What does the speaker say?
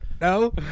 No